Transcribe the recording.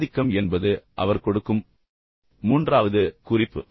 ஆதிக்கம் என்பது அவர் கொடுக்கும் மூன்றாவது குறிப்பு